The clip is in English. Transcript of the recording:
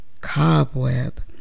cobweb